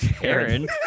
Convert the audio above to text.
Aaron